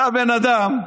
אתה בן אדם,